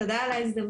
תודה על ההזדמנות.